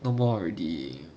no more already